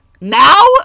Now